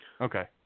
Okay